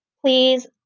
Please